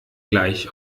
gleich